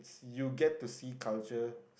you get to see culture